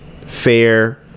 Fair